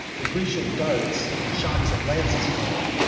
the grecian darts and shock of lances bore,